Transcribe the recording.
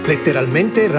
letteralmente